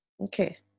Okay